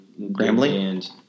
Grambling